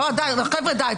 חבר'ה, די.